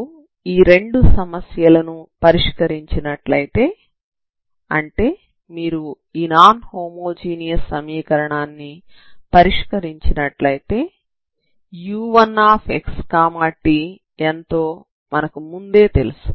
మీరు ఈ రెండు సమస్యలను పరిష్కరించినట్లయితే అంటే మీరు ఈ నాన్ హోమో జీనియస్ సమీకరణాన్ని పరిష్కరించినట్లయితే u1xt ఎంతో మనకు ముందే తెలుసు